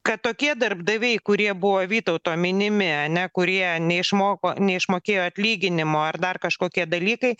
kad tokie darbdaviai kurie buvo vytauto minimi ane kurie neišmoko neišmokėjo atlyginimo ar dar kažkokie dalykai